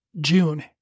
june